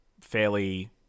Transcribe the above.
fairly